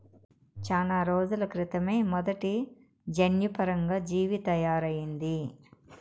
చానా రోజుల క్రితమే మొదటి జన్యుపరంగా జీవి తయారయింది